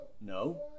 No